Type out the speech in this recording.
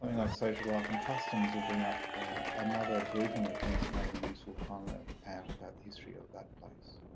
i mean like social life and customs will bring up another grouping of things that may be useful to find out about the history of that place.